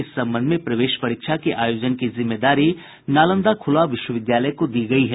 इस संबंध में प्रवेश परीक्षा के आयोजन की जिम्मेवारी नालंदा खुला विश्वविद्यालय को दी गयी है